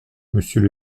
monsieur